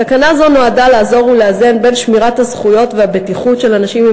תקנה זו נועדה לעזור ולאזן בין שמירת הזכויות והבטיחות של אנשים עם